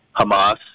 Hamas